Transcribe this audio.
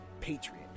patriot